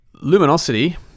Luminosity